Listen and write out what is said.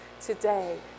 today